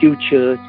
Future